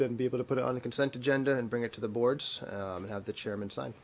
then be able to put it on the consent agenda and bring it to the boards and have the chairman sign